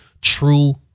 true